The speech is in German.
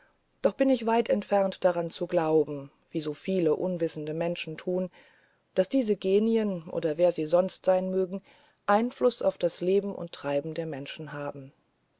doch bin ich weit entfernt daran zu glauben wie so viele unwissende menschen tun daß diese genien oder wer sie sonst sein mögen einfluß auf das leben und treiben der menschen haben